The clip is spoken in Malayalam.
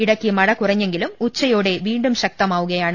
ഇടയ്ക്ക് മഴ കുറഞ്ഞെങ്കിലും ഉച്ചയോടെ വീണ്ടും ശക്തമാവുകയായിരുന്നു